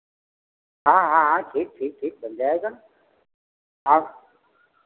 हाँ हाँ हाँ ठीक ठीक ठीक बन जायेगा आओ